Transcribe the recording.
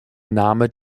name